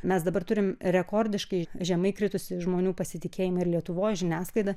mes dabar turim rekordiškai žemai kritusių žmonių pasitikėjimą ir lietuvos žiniasklaida